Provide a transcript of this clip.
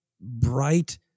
bright